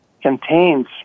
contains